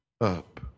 up